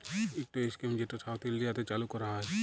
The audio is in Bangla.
ইকট ইস্কিম যেট সাউথ ইলডিয়াতে চালু ক্যরা হ্যয়